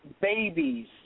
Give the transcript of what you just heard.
babies